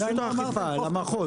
רשות האכיפה, למחוז.